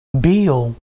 Bill